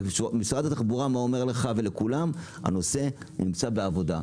ומשרד התחבורה אומר לך ולכולם שהנושא נמצא בעבודה.